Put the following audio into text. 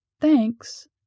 Thanks